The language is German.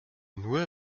nur